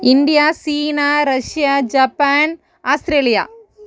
India China Russia Japan Australia